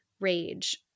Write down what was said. rage